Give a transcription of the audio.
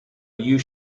you